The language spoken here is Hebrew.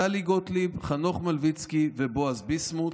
טלי גוטליב, חנוך מלביצקי ובועז ביסמוט,